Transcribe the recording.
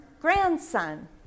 grandson